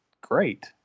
great